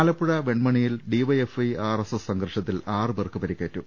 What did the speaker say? ആലപ്പുഴ വെൺമണിയിൽ DYFI RSS സംഘർഷത്തിൽ ആറ് പേർക്ക് പരിക്കേറ്റു